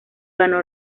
ganó